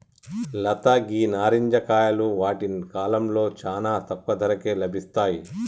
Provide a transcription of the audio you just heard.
లత గీ నారింజ కాయలు వాటి కాలంలో చానా తక్కువ ధరకే లభిస్తాయి